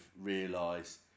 realise